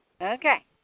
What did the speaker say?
Okay